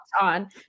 on